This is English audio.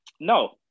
No